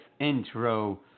intro